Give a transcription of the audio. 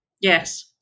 yes